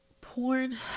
porn